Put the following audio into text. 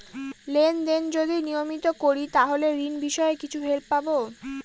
Lane দেন যদি নিয়মিত করি তাহলে ঋণ বিষয়ে কিছু হেল্প পাবো?